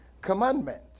commandment